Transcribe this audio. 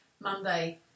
Monday